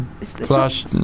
Flash